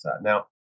Now